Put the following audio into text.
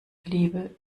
liebe